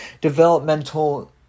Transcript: developmental